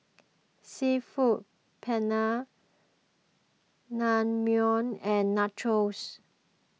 Seafood Paella Naengmyeon and Nachos